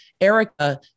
Erica